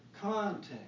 Context